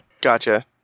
Gotcha